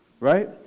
Right